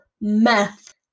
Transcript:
meth